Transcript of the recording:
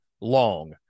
long